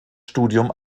studium